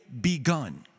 begun